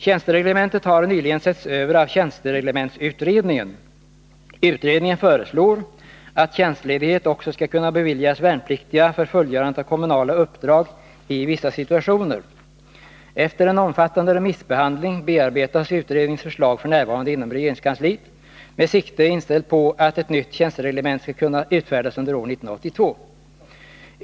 Tjänstereglementet har nyligen setts över av tjänstereglementsutredningen. Utredningen föreslår att tjänstledighet också skall kunna beviljas värnpliktiga för fullgörandet av kommunala uppdrag i vissa situationer. Efter en omfattande remissbehandling bearbetas utredningens förslag f. n. inom regeringskansliet med siktet inställt på att ett nytt tjänstereglemente skall kunna utfärdas under år 1982.